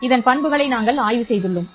இதன் பண்புகளை நாங்கள் ஆய்வு செய்துள்ளோம்